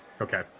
Okay